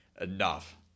Enough